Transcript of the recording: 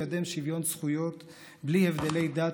לקדם שוויון זכויות בלי הבדלי דת,